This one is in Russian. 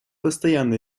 постоянно